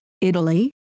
Italy